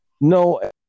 No